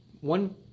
one